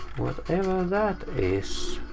whatever that is.